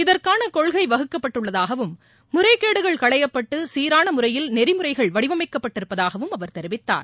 இதற்கான கொள்கை வகுக்கப்பட்டு உள்ளதாகவும் முறைகேடுகள் களையப்பட்டு சீரான முறையில் நெறிமுறைகள் வடிவமைக்கப்பட்டு இருப்பதாகவும் அவர் தெரிவித்தார்